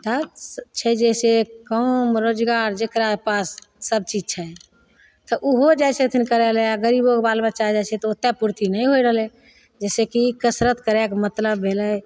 तब छै जे से काम रोजगार जकरा पास सबचीज छै तऽ ओहो जाइ छथिन करै ले गरीबोके बाल बच्चा जाइ छै तऽ ओतेक पूर्ति नहि होइ रहलै जइसेकि कसरत करैके मतलब भेलै